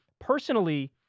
personally